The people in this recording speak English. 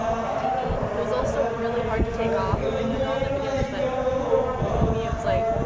stinging. it was also really hard to take off, like the girl in the video just went. but for me it was like.